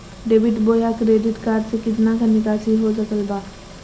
Debit बोया credit card से कितना का निकासी हो सकल बा?